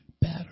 better